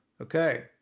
Okay